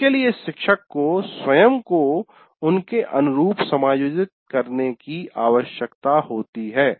इसके लिए शिक्षक को स्वयं को उनके अनुरूप समायोजित करने की आवश्यकता होती है